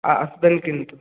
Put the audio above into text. আসবেন কিন্তু